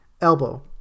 elbow